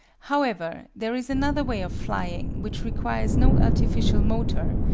however, there is another way of flying which requires no artificial motor,